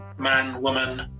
man-woman